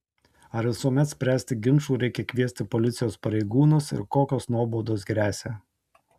ar visuomet spręsti ginčų reikia kviesti policijos pareigūnus ir kokios nuobaudos gresia